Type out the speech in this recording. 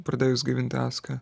pradėjus gaivinti aską